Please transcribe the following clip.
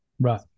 Right